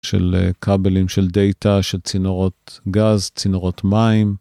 של כבלים של data, של צינורות גז, צינורות מים.